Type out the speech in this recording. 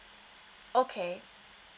okay